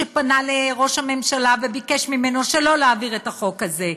שפנה לראש הממשלה וביקש ממנו שלא להעביר את החוק הזה,